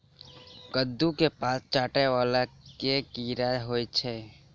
कद्दू केँ पात चाटय वला केँ कीड़ा होइ छै?